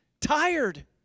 Tired